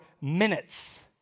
minutes